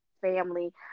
family